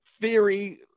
theory